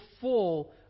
full